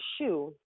shoe